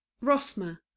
rosmer